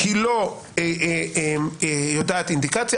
היא לא יודעת אינדיקציה.